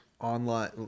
online